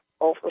over